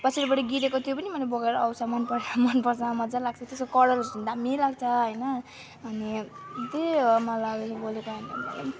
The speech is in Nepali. पछाडिबाट गिरेको त्यो पनि मैले बोकेर आउँछ मनप मनपर्छ मजा लाग्छ त्यसको कलरहरू झन् दामी लाग्छ होइन अनि त्यही हो मलाई